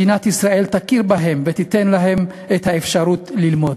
מדינת ישראל תכיר בהם ותיתן להם את האפשרות ללמוד.